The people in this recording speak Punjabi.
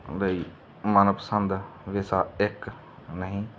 ਲਈ ਮਨ ਪਸੰਦ ਵਿਸ਼ਾ ਇੱਕ ਨਹੀਂ